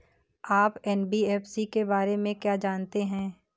आप एन.बी.एफ.सी के बारे में क्या जानते हैं?